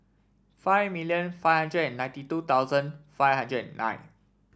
five million five hundred and ninety two thousand five hundred and nine